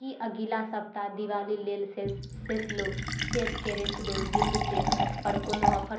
की अगिला सप्ताह दिवाली लेल Cello chef casserole gift set पर कोनो ऑफर हेतैक